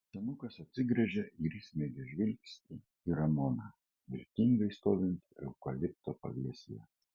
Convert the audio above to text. senukas atsigręžė ir įsmeigė žvilgsnį į ramoną viltingai stovintį eukalipto pavėsyje